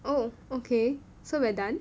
oh okay so we're done